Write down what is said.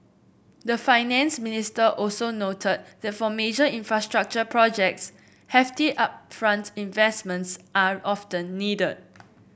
the finance minister also noted that for major infrastructure projects hefty upfront investments are often needed